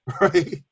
right